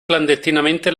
clandestinamente